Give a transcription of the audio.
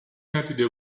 ندیده